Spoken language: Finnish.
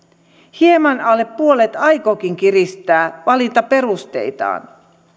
hieman alle puolet aikookin kiristää valintaperusteitaan